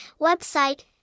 website